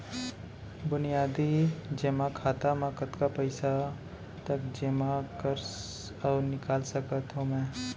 बुनियादी जेमा खाता म कतना पइसा तक जेमा कर अऊ निकाल सकत हो मैं?